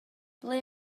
ble